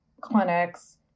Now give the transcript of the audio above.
clinics